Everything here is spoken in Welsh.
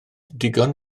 digon